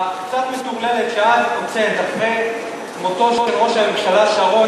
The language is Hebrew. אחרי ההודעה הקצת מטורללת שאת הוצאת אחרי מותו של ראש הממשלה שרון,